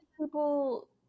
people